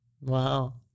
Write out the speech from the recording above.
Wow